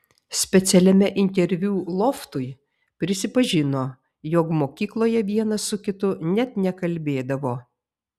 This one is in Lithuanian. specialiame interviu loftui prisipažino jog mokykloje vienas su kitu net nekalbėdavo